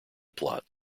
plot